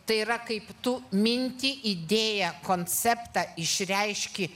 tai yra kaip tu mintį idėją konceptą išreiški